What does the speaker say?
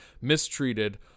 mistreated